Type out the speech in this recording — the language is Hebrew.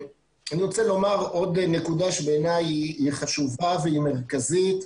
אני רוצה לומר עוד נקודה שבעיניי היא חשובה והיא מרכזית.